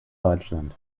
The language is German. deutschland